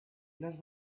los